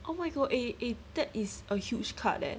oh my god eh eh that is a huge cut leh